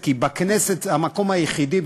כי זה המקום היחידי,